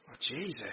Jesus